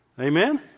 Amen